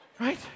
Right